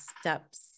steps